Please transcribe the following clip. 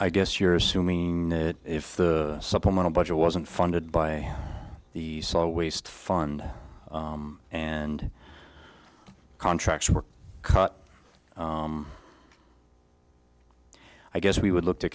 i guess you're assuming that if the supplemental budget wasn't funded by the saw waste fund and contracts were cut i guess we would look to